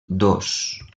dos